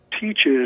teaches